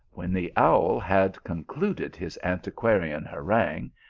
when the owl had concluded his antiquarian harangue,